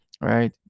right